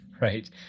right